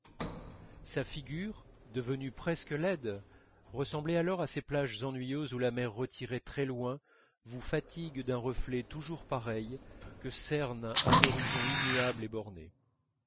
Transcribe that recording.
sa figure devenue presque livide ressemblait alors à ces plages ennuyeuses où la mer retirée très loin vous fatigue d'un reflet toujours pareil que cerne un horizon immuable et borné